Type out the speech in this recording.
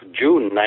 June